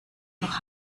noch